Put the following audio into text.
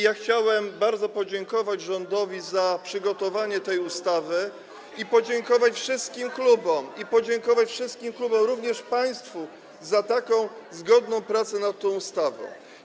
Ja chciałem bardzo podziękować rządowi za przygotowanie tej ustawy i podziękować wszystkim klubom - podziękować wszystkim klubom, również państwu, za taką zgodną pracę nad tą ustawą.